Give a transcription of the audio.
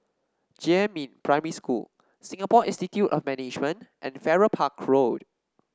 Jiemin Primary School Singapore Institute of Management and Farrer Park Road